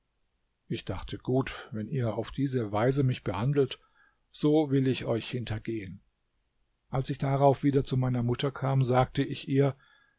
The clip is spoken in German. ich dachte gut wenn ihr auf diese weise mich behandelt so will ich euch hintergehen als ich darauf wieder zu meiner mutter kam sagte ich ihr